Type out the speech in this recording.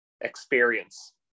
experience